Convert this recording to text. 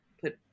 put